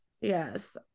Yes